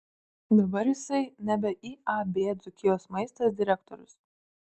dabar jisai nebe iab dzūkijos maistas direktorius